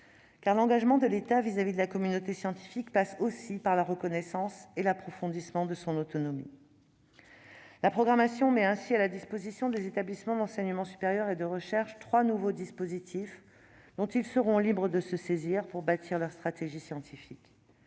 : l'engagement de l'État à l'égard de la communauté scientifique passe aussi par la reconnaissance et l'approfondissement de son autonomie. La programmation met ainsi à la disposition des établissements d'enseignement supérieur et de recherche trois nouveaux dispositifs, dont ils seront libres de se saisir pour bâtir leur stratégie scientifique.